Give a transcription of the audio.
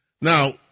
Now